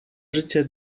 życie